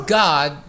god